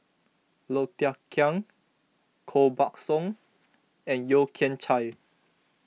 Low Thia Khiang Koh Buck Song and Yeo Kian Chye